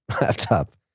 laptop